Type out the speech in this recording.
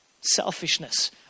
Selfishness